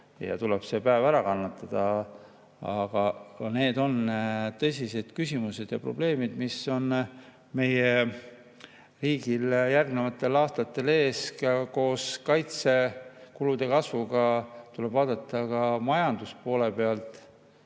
vaid tuleb see päev ära kannatada. Aga need on tõsised küsimused ja probleemid, mis meie riiki järgnevatel aastatel ees ootavad. Koos kaitsekulude kasvuga tuleb vaadata ka majanduse poolt.